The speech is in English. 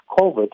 COVID